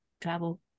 travel